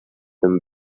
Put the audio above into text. them